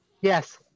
Yes